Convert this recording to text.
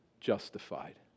Justified